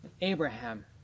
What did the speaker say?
Abraham